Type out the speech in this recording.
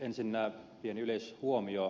ensinnä pieni yleishuomio